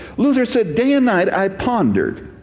luther said, day and night i pondered